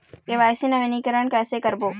KYC नवीनीकरण कैसे करबो?